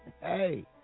Hey